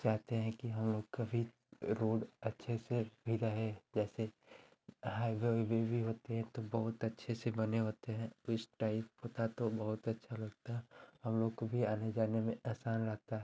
चाहते हैं कि हम लोग का भी रोड अच्छे से भी रहे जैसे हाइवे ओइवे भी होते हैं तो बहुत अच्छे से बने होते हैं तो इस टाइप होता तो बहुत अच्छा लगता हम लोग को भी आने जाने में आसान रहता